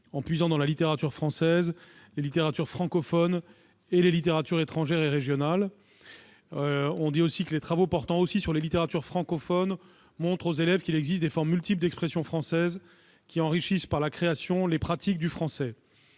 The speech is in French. en puisant dans la littérature française, les littératures francophones et les littératures étrangères et régionales ». Il est également souligné que « les travaux portant [...] sur les littératures francophones montrent aux élèves qu'il existe des formules types d'expression française qui enrichissent par la création les pratiques du français.